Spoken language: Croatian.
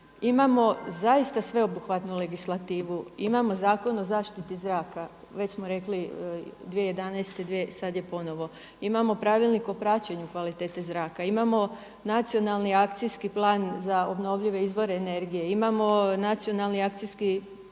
imamo zaista sveobuhvatnu legislativu, imamo Zakon o zaštiti zraka, već smo rekli 2011. sada je ponovo, imamo Pravilnik o praćenju kvalitete zraka, imamo Nacionalni akcijski plan za obnovljive izvore energije, imamo Nacionalni akcijski plan